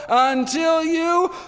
um until you,